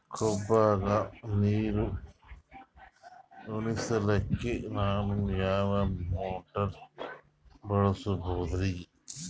ಕಬ್ಬುಗ ನೀರುಣಿಸಲಕ ನಾನು ಯಾವ ಮೋಟಾರ್ ಬಳಸಬಹುದರಿ?